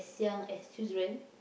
young as children